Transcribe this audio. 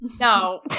No